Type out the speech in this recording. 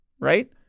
right